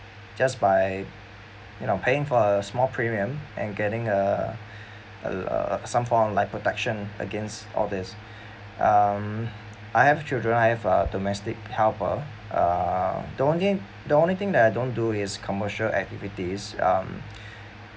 just by you know paying for a small premium and getting a uh some form like protection against all this um I have children I have a domestic helper uh the only thing the only thing that I don't do is commercial activities um